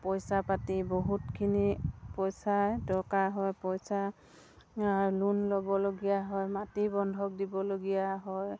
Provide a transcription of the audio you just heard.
পইচা পাতি বহুতখিনি পইচাই দৰকাৰ হয় পইচা লোন ল'বলগীয়া হয় মাটি বন্ধক দিবলগীয়া হয়